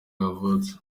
yavutse